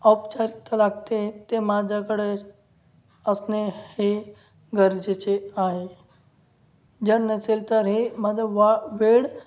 औपचारिकता लागते ते माझ्याकडे असणे हे गरजेचे आहे जर नसेल तर हे माझं वा वेड